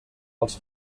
els